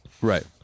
Right